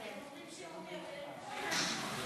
אומרים שאורי אריאל משיב.